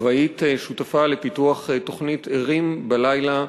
והיית שותפה לפיתוח התוכנית "ערים בלילה"